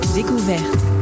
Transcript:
découverte